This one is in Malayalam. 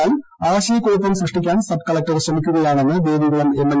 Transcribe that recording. എന്നാൽ ആശയക്കുഴപ്പം സൃഷ്ടിക്കാൻ സബ് കലക്ടർ ശ്രമിക്കുകയാണെന്ന് ദേവികുളം എംഎൽ